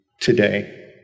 today